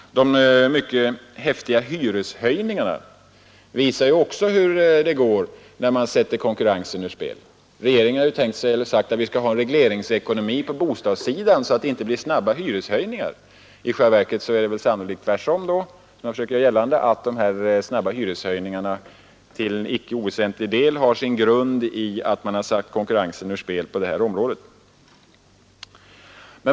De mycket häftiga hyreshöjningarna visar också hur det går när man sätter konkurrensen ur spel. Regeringen har sagt att den vill ha en regleringsekonomi på bostadssidan för att det inte skall uppstå snabba hyreshöjningar. I själva verket är det, enligt vad jag försöker göra gällande, alltså sannolikt tvärtom. De snabba hyreshöjningarna har till icke oväsentlig del sin grund i att man satt konkurrensen ur spel.